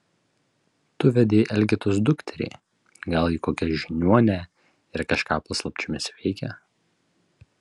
tu vedei elgetos dukterį gal ji kokia žiniuonė ir kažką paslapčiomis veikia